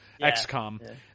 XCOM